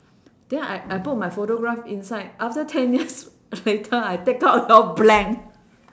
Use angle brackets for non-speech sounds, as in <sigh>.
then I I put my photograph inside after ten years <laughs> later I take out all blank